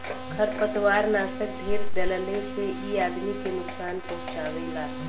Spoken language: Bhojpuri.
खरपतवारनाशक ढेर डलले से इ आदमी के नुकसान पहुँचावला